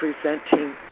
presenting